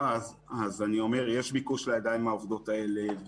יש ביקוש לידיים העובדות האלה,